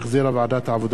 הרווחה והבריאות.